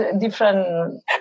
different